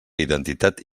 identitat